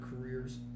careers